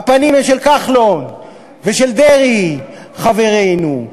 הפנים הם של כחלון ושל דרעי, חברינו.